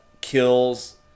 kills